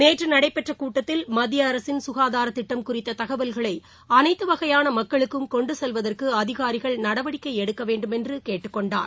நேற்று நடைபெற்ற கூட்டத்தில் மத்திய அரசின் குகாதார திட்டம் குறித்த தகவல்களை அனைத்து வகையான மக்களுக்கும் கொண்டு செல்வதற்கு அதிகாரிகள் நடவடிக்கை எடுக்க வேண்டுமென்ற கேட்டுக் கொண்டார்